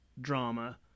drama